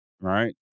Right